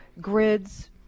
grids